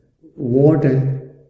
water